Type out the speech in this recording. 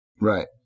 Right